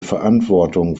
verantwortung